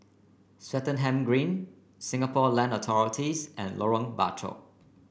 Swettenham Green Singapore Land Authorities and Lorong Bachok